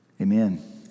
Amen